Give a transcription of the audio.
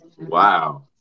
Wow